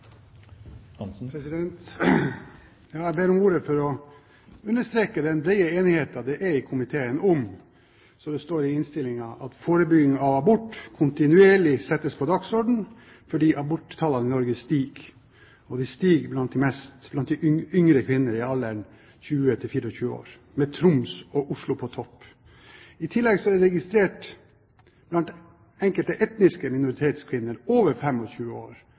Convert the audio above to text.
Jeg ber om ordet for å understreke den brede enigheten det er i komiteen om – som det står i innstillingen – at forebygging av abort kontinuerlig settes på dagsordenen fordi aborttallene i Norge stiger. De stiger mest blant yngre kvinner i alderen 20–24 år, med Troms og Oslo på topp. I tillegg er det registrert betraktelig høyere aborttall blant enkelte etniske minoritetskvinner over 25 år